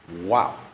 Wow